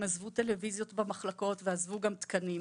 עזבו טלוויזיות במחלקות ועזבו גם תקנים,